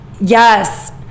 Yes